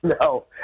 No